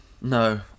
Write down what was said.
No